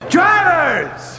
Drivers